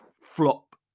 flop